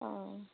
অঁ অঁ